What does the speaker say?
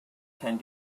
tend